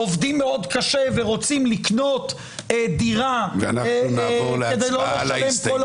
עובדים קשה ורוצים לקנות דירה כדי לא לשלם שכירות כל החיים.